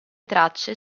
tracce